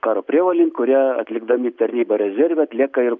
karo prievolėj kurie atlikdami tarnybą rezerve atlieka ir